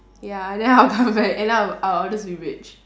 ya and then I'll come back and I'll I'll just be rich